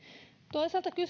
toisaalta kyse